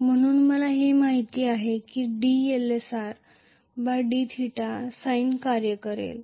म्हणून मला हे माहित आहे की dLsr dθ साइन कार्य करेल